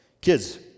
kids